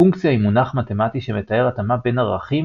פונקציה היא מונח מתמטי שמתאר התאמה בין ערכים